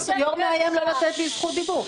אדוני,